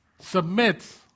submits